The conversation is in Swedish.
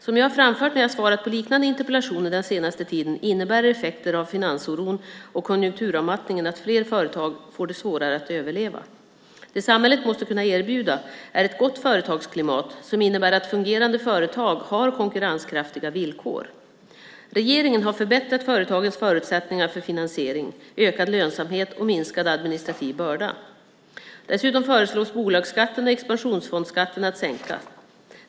Som jag har framfört när jag svarat på liknande interpellationer den senaste tiden innebär effekter av finansoron och konjunkturavmattningen att fler företag får det svårare att överleva. Det samhället måste kunna erbjuda är ett gott företagsklimat som innebär att fungerande företag har konkurrenskraftiga villkor. Regeringen har förbättrat företagens förutsättningar för finansiering, ökad lönsamhet och minskad administrativ börda. Dessutom föreslås bolagsskatten och expansionsfondsskatten att sänkas.